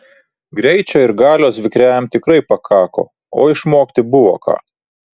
greičio ir galios vikriajam tikrai pakako o išmokti buvo ką